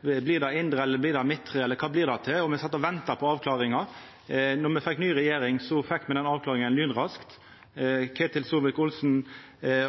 blir det indre, eller blir det midtre, eller kva blir det til? Og me sat og venta på avklaringar. Då me fekk ny regjering, fekk me den avklaringa lynraskt. Ketil Solvik-Olsen